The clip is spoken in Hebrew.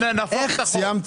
נהפוך את החוק.